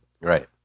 Right